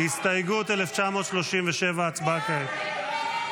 הסתייגות 1937, ההצבעה כעת.